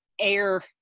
air